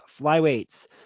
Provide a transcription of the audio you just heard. flyweights